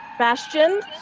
Bastion